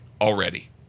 already